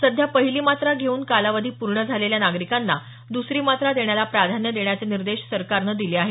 सध्या पहिली मात्रा घेऊन कालावधी पूर्ण झालेल्या नागरिकांना दुसरी मात्रा देण्याला प्राधान्य देण्याचे निर्देश सरकारने दिले आहेत